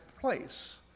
place